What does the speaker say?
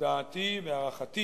דעתי והערכתי